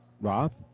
Roth